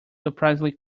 surprisingly